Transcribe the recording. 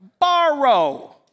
borrow